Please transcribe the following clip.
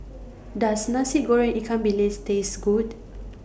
Does Nasi Goreng Ikan Bilis Taste Good